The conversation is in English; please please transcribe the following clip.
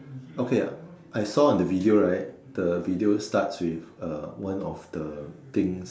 okay I saw on the video right the video starts with uh one of the things